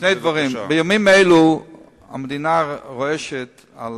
שני דברים: בימים אלה המדינה רועשת על